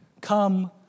come